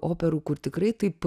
operų kur tikrai taip